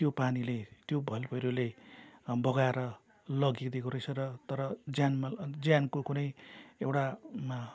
त्यो पानीले त्यो भल पहिरोले बगाएर लगिदिएको रहेछ र तर ज्यान माल ज्यानको कुनै एउटा